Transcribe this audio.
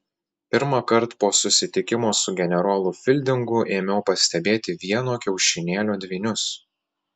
pirmąkart po susitikimo su generolu fildingu ėmiau pastebėti vieno kiaušinėlio dvynius